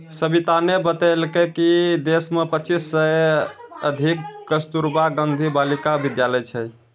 सविताने बतेलकै कि देश मे पच्चीस सय से अधिक कस्तूरबा गांधी बालिका विद्यालय छै